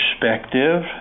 perspective